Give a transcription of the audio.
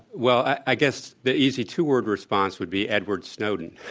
well, i guess the easy two-word response would be edward snowden,